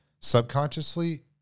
Subconsciously